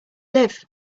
live